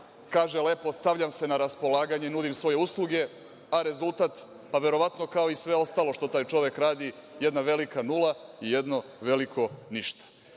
Kaže lepo – stavljam se na raspolaganje, nudim svoje usluge. A rezultat? Pa, verovatno kao i sve ostalo što taj čovek radi, jedna velika nula i jedno veliko ništa. Šteta